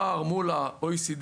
הפער מול ה-OECD